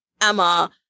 emma